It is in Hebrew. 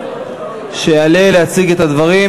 שיעלה להציג את הדברים.